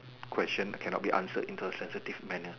question can not be answered into a sensitive manner